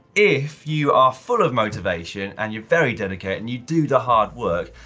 if you are full of motivation and you're very dedicated and you do the hard work,